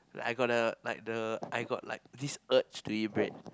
I got the like the I got like this urge to eat bread